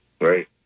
right